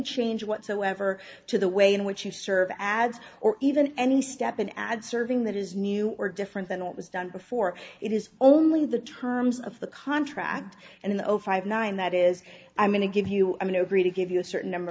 change whatsoever to the way in which you serve ads or even any step an ad serving that is new or different than what was done before it is only the terms of the contract and the over five nine that is i'm going to give you i mean agree to give you a certain number